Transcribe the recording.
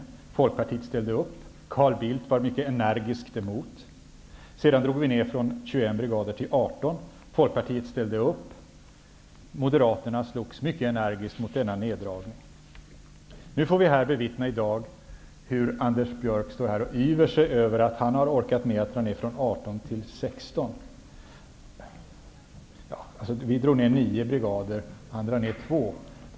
Folkpartiet ställde upp på det; Carl Bildt var mycket energiskt emot. Sedan drog vi ned från 21 brigader till 18. Folkpartiet ställde upp; moderaterna slogs mycket energiskt mot denna neddragning. I dag får vi bevittna hur Anders Björck yver sig över att han har dragit ned från 18 till 16. -- Vi drog ned med nio brigader, han drar ned med 2.